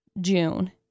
June